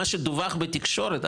מה שדווח בתקשורת,